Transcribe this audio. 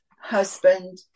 husband